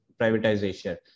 privatization